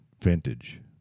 vintage